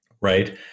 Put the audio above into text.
right